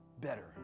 better